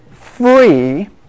free